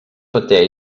peter